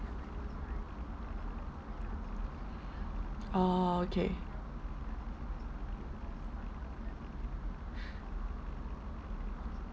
orh okay